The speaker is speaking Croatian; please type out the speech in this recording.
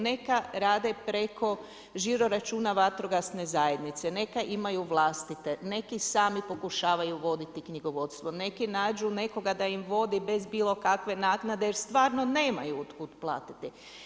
Neka rade preko žiro-računa vatrogasne zajednice, neka imaju vlastite, neki sami pokušavaju voditi knjigovodstvo, neki nađu nekoga da im vodi bez bilo kakve naknade jer stvarno nemaju od kud platiti.